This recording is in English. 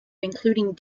including